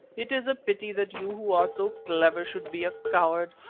it is a pity that you who are so clever should be a coward,